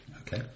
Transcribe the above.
Okay